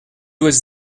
was